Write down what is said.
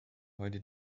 heute